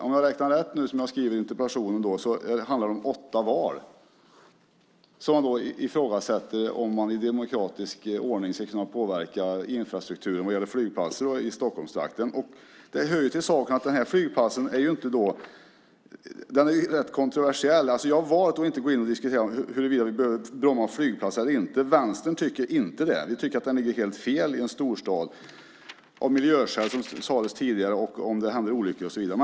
Om jag räknar rätt, som jag skriver i interpellationen, kommer åtta val att hållas under den tiden. Jag ifrågasätter om man i demokratisk ordning ska kunna påverka infrastrukturen vad gäller flygplatser i Stockholmstrakten. Det hör till saken att den här flygplatsen är rätt kontroversiell. Jag har valt att inte gå in och diskutera huruvida vi behöver Bromma flygplats eller inte. Vänstern tycker inte det - vi tycker att den ligger helt fel i en storstad, av miljöskäl, som sades tidigare, om det händer olyckor och så vidare.